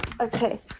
Okay